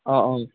অঁ অঁ